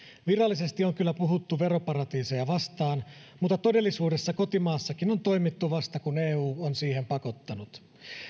virallisesti on kyllä puhuttu veroparatiiseja vastaan mutta todellisuudessa kotimaassakin on toimittu vasta kun eu on siihen pakottanut